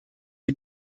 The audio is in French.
les